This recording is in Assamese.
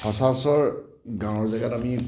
সচৰাচৰ গাঁও জেগাত আমি